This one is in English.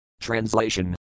Translation